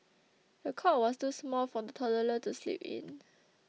the cot was too small for the toddler to sleep in